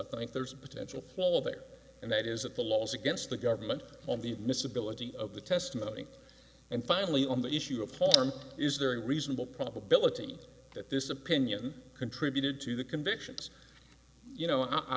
i think there's a potential well there and that is that the laws against the government on the mis ability of the testimony and finally on the issue of harm is there a reasonable probability that this opinion contributed to the convictions you know i